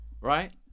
Right